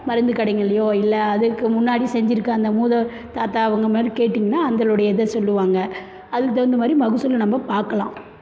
மருந்துக் கடைகள்லியோ இல்லை அதுக்கு முன்னாடி செஞ்சிருக்க அந்த மூதா தாத்தா அவங்க மாதிரி கேட்டீங்கன்னால் அதோடைய இதை சொல்லுவாங்கள் அதுக்குத் தகுந்த மாதிரி மகசூலை நம்ம பார்க்கலாம்